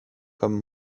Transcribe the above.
comme